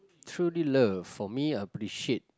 truly love for me I'll appreciate